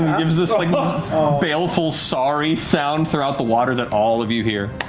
gives this like but baleful sorry sound throughout the water that all of you hear.